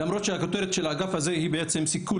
למרות שהכותרת של האגף הזה היא בעצם סיכול